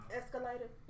escalator